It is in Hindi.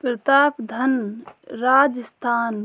प्रतापधन राजस्थान